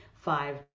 five